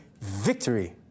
Victory